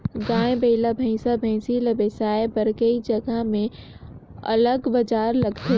गाय, बइला, भइसा, भइसी ल बिसाए बर कइ जघा म अलगे बजार लगथे